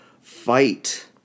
fight